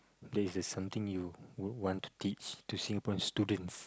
is a something you would want to teach to Singaporeans students